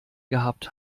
gehabt